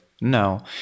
no